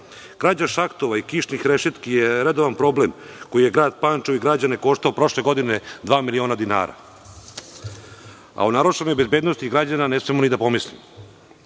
vode. Krađa šahtova i kišnih rešetki je redovan problem koji je grad Pančevo i građane koštao prošle godine dva miliona dinara. O narušenoj bezbednosti građana ne smemo ni da pomislimo. Sve